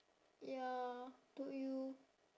ya told you